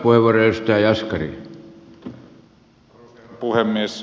arvoisa herra puhemies